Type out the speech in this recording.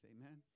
Amen